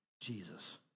Jesus